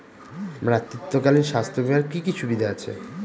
মাতৃত্বকালীন স্বাস্থ্য বীমার কি কি সুবিধে আছে?